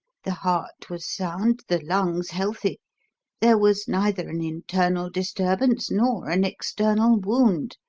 the heart was sound, the lungs healthy there was neither an internal disturbance nor an external wound,